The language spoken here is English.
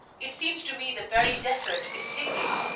it seems to me the very desert is singing.